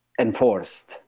enforced